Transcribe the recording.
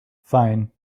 fine